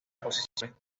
exposiciones